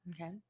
Okay